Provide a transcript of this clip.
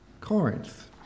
Corinth